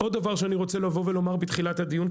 עוד דבר שאני רוצה לבוא ולומר בתחילת הדיון,